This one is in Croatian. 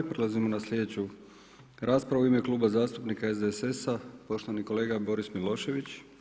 Prelazimo na sljedeću raspravu u ime Kluba zastupnika SDSS-a poštovani kolega Boris Milošević.